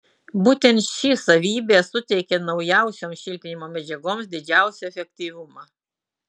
būtent ši savybė suteikia naujausioms šiltinimo medžiagoms didžiausią efektyvumą